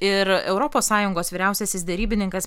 ir europos sąjungos vyriausiasis derybininkas